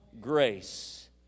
grace